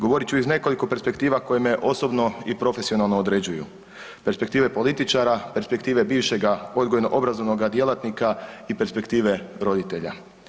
Govorit ću iz nekoliko perspektiva koje me osobno i profesionalno određuju, perspektive političara, perspektive bivšega odgojno obrazovnoga djelatnika i perspektive roditelja.